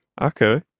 Okay